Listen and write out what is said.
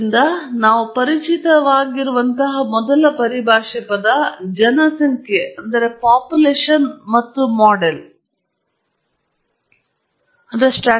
ಆದ್ದರಿಂದ ನಾವು ಪರಿಚಿತವಾಗಿರುವಂತಹ ಮೊದಲ ಪರಿಭಾಷೆ ಪದ ಜನಸಂಖ್ಯೆ ಮತ್ತು ಮಾದರಿ